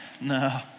no